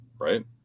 Right